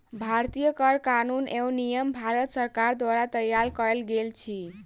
भारतीय कर कानून एवं नियम भारत सरकार द्वारा तैयार कयल गेल अछि